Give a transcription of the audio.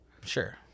Sure